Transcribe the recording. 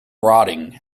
rotting